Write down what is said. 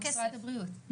במשרד הבריאות.